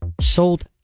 sold